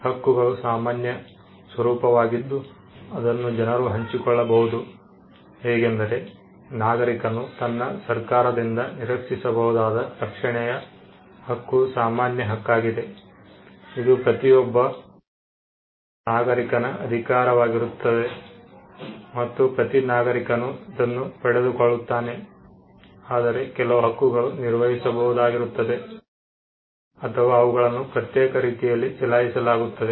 ಹಕ್ಕುಗಳು ಸಾಮಾನ್ಯ ಸ್ವರೂಪದ್ದಾಗಿದ್ದು ಅದನ್ನು ಜನರು ಹಂಚಿಕೊಳ್ಳಬಹುದು ಹೇಗೆಂದರೆ ನಾಗರಿಕನು ತನ್ನ ಸರ್ಕಾರದಿಂದ ನಿರೀಕ್ಷಿಸಬಹುದಾದ ರಕ್ಷಣೆಯ ಹಕ್ಕು ಸಾಮಾನ್ಯ ಹಕ್ಕಾಗಿದೆ ಅದು ಪ್ರತಿಯೊಬ್ಬ ನಾಗರೀಕನ ಅಧಿಕಾರವಾಗಿರುತ್ತದೆ ಮತ್ತು ಪ್ರತಿ ನಾಗರಿಕನೂ ಅದನ್ನು ಪಡೆದುಕೊಳ್ಳುತ್ತಾನೆ ಆದರೆ ಕೆಲವು ಹಕ್ಕುಗಳು ನಿರ್ವಹಿಸಬಹುದಾಗಿರುತ್ತವೆ ಅಥವಾ ಅವುಗಳನ್ನು ಪ್ರತ್ಯೇಕ ರೀತಿಯಲ್ಲಿ ಚಲಾಯಿಸಲಾಗುತ್ತದೆ